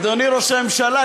אדוני ראש הממשלה,